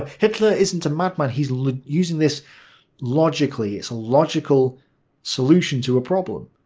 hitler isn't a madman. he's using this logically, it's a logical solution to a problem.